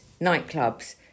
nightclubs